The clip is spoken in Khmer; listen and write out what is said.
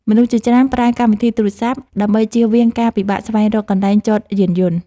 មនុស្សជាច្រើនប្រើកម្មវិធីទូរសព្ទ ដើម្បីជៀសវាងការពិបាកស្វែងរកកន្លែងចតយានយន្ត។